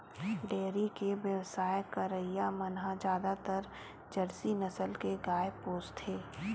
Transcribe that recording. dairy के बेवसाय करइया मन ह जादातर जरसी नसल के गाय पोसथे